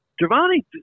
Giovanni